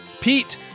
Pete